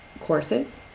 courses